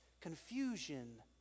confusion